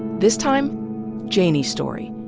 this time janey's story.